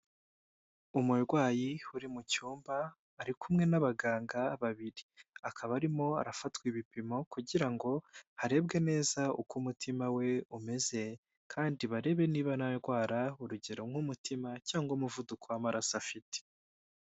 Umurwayi uri mu cyumba ari kumwe n'abaganga babiri, akaba arimo arafatwa ibipimo kugira ngo harebwe neza uko umutima we umeze, kandi barebe niba nta ndwara urugero nk'umutima cyangwa umuvuduko w'amaraso afite.